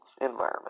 environment